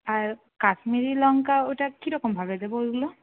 আর কাশ্মীরি লংকা ওটা কীরকমভাবে দেব ওগুলো